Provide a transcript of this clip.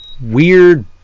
weird